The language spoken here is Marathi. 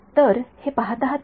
तर हे पहात आहात का